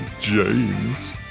James